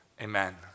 Amen